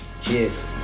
Cheers